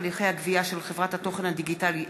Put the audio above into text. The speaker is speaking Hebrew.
הליכי הגבייה של חברת התוכן הדיגיטלי "איקיוטק".